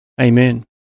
amen